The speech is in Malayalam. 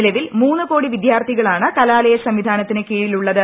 നിലവിൽ മൂന്ന് കോടി വിദ്യാർത്ഥികളാണ് കലാലയ സംവിധാനത്തിനു കീഴിലുള്ളത്